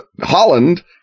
Holland